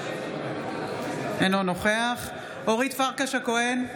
אינו נוכח אורית פרקש הכהן,